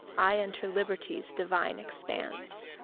i enter liberty's divine expanse.